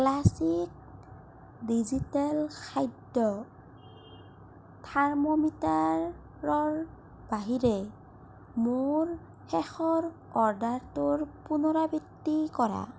classic digital খাদ্য থাৰ্মোমিটাৰৰ বাহিৰে মোৰ শেষৰ অৰ্ডাৰটোৰ পুনৰাবৃত্তি কৰা